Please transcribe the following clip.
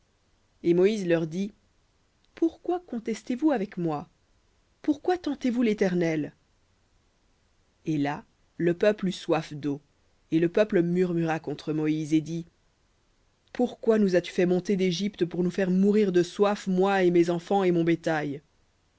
et moïse leur dit pourquoi contestez vous avec moi pourquoi tentez vous léternel et là le peuple eut soif d'eau et le peuple murmura contre moïse et dit pourquoi nous as-tu fait monter d'égypte pour nous faire mourir de soif moi et mes enfants et mon bétail